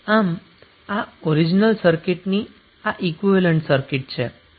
આમ આ ઓરીજીનલ સર્કિટની આ ઈક્વીવેલેન્ટ સર્કિટ છે